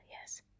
Yes